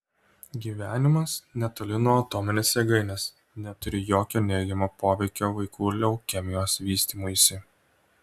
gyvenimas netoli nuo atominės jėgainės neturi jokio neigiamo poveikio vaikų leukemijos vystymuisi